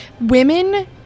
women